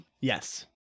Yes